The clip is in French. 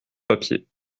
papier